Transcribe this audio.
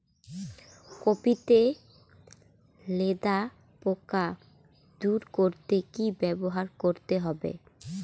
Copy তে লেদা পোকা দূর করতে কি ব্যবহার করতে হবে?